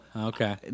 Okay